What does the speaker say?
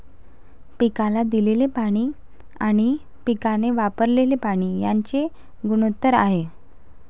पिकाला दिलेले पाणी आणि पिकाने वापरलेले पाणी यांचे गुणोत्तर आहे